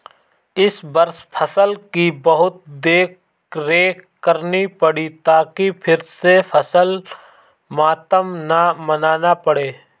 इस वर्ष फसल की बहुत देखरेख करनी पड़ी ताकि फिर से फसल मातम न मनाना पड़े